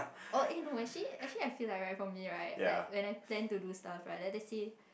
oh eh no actually actually I feel like right for me right like when I tend to do stuff right like let's say